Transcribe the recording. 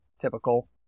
typical